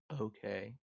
okay